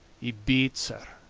he beats her,